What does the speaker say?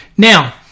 Now